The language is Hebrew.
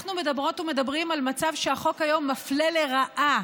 אנחנו מדברות ומדברים על מצב שהחוק כיום מפלה לרעה